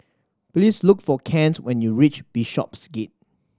please look for Kent when you reach Bishopsgate